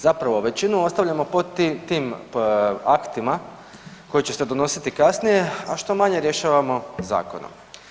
Zapravo većinu ostavljamo pod tim aktima koji će se donositi kasnije, a što manje rješavamo zakone.